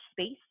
space